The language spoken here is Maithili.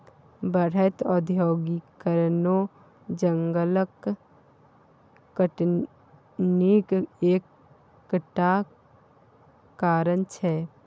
बढ़ैत औद्योगीकरणो जंगलक कटनीक एक टा कारण छै